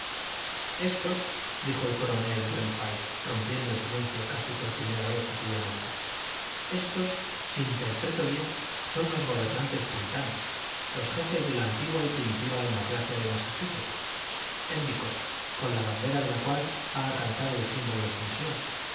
éstos dijo el coronel jóliffe rompiendo el silencio casi por primera vez aquella noche éstos si interpreto bien son los gobernadores puritanos los jefes de la antigua y primitiva democracia de massachusetts éndicott con la bandera de la cual ha arrancado el símbolo de sumisión y